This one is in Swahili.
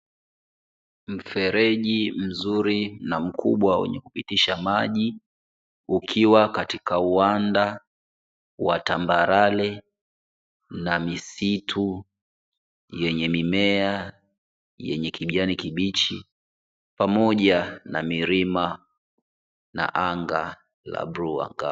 Mfereji mzuri na mkubwa wenye kupitisha maji ukiwa katika uwanda wa tambarare na misitu yenye mimea yenye kijani kibichi, pamoja na milima na anga la bluu angavu.